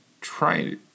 try